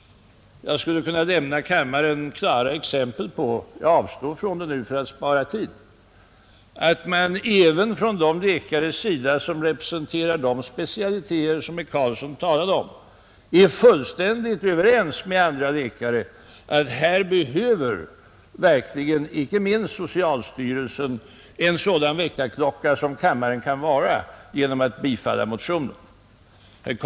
Jag skulle kunna lämna kammaren klara exempel på att även de läkare, som representerar de specialiteter som herr Karlsson talade om, är fullständigt överens med andra läkare om att här behöver inte minst socialstyrelsen en sådan väckarklocka som kammaren kan vara genom att bifalla motionen. För att spara tid skall jag emellertid inte lämna några exempel.